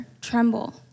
tremble